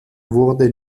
wurde